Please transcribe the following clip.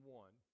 one